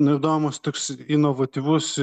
naudojamas toks inovatyvus